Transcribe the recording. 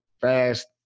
fast